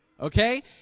Okay